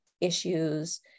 issues